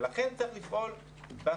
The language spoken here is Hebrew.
ולכן צריך לפעול באחריות,